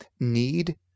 need